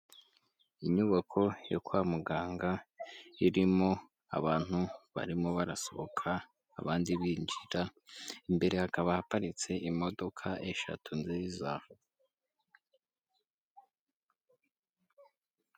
Inyubako yo kwa muganga irimo abantu barimo barasohoka, abandi binjira imbere hakaba haparitse imodoka eshatu nziza.